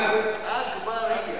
אגבאריה.